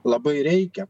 labai reikia